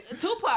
Tupac